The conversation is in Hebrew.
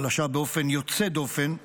חלשה באופן יוצא דופן,